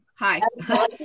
Hi